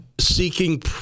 seeking